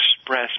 express